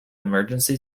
emergency